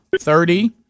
thirty